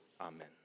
Amen